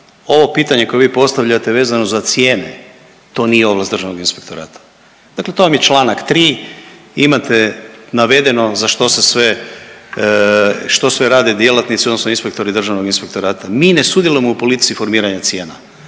Ovo pitanje koje vi postavljate vezano za cijene, to nije ovlast državnog inspektorata, dakle to vam je čl. 3., imate navedeno za što se sve, što sve rade djelatnici odnosno inspektori državnog inspektorata. Mi ne sudjelujemo u politici formiranja cijena,